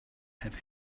have